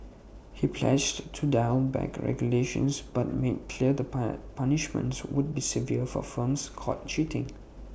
he pledged to dial back regulations but made clear that pile punishments would be severe for firms caught cheating